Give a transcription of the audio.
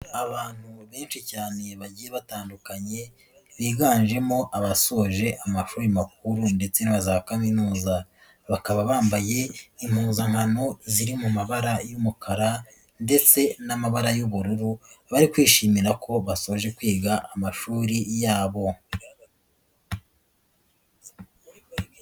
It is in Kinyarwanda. Abantu benshi cyane bagiye batandukanye biganjemo abasoje amashuri makuru ndetse na za kaminuza, bakaba bambaye impuzankano ziri mu mabara y'umukara ndetse n'amabara y'ubururu, bari kwishimira ko basoje kwiga amashuri yabo.